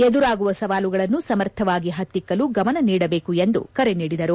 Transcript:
ಎದುರಾಗುವ ಸವಾಲುಗಳನ್ನು ಸಮರ್ಥವಾಗಿ ಹತ್ತಿಕ್ಕಲು ಗಮನ ನೀಡಬೇಕು ಎಂದು ಕರೆ ನೀಡಿದರು